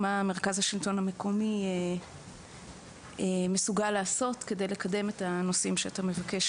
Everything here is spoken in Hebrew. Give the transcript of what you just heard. מה מרכז השלטון המקומי מסוגל לעשות כדי לקדם את הנושאים שאתה מבקש,